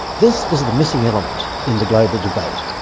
this is the missing element in the global debate.